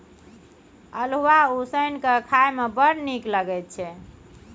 अल्हुआ उसनि कए खाए मे बड़ नीक लगैत छै